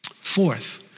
Fourth